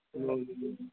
உங்களுக்கு